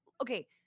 okay